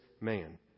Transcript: man